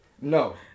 no